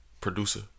producer